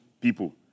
people